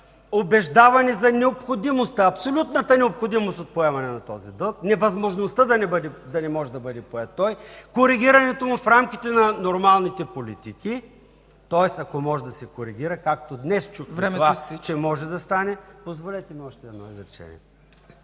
убеждаване за необходимост, за абсолютната необходимост от поемане на този дълг, невъзможността да не може да бъде поет той, коригирането му в рамките на нормалните политики, тоест ако може да се коригира, както днес чух това, че може да стане. ПРЕДСЕДАТЕЛ ЦЕЦКА ЦАЧЕВА: